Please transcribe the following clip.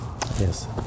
Yes